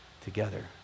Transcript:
together